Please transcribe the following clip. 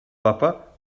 papa